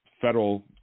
federal